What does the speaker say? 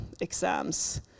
exams